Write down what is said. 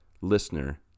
listener